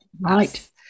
Right